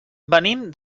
venim